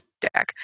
deck